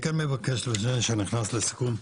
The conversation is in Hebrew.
מבקש לפני שאני נכנס לסיכום,